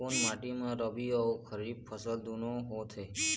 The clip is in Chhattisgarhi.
कोन माटी म रबी अऊ खरीफ फसल दूनों होत हे?